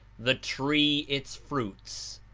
the tree its fruits,